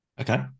Okay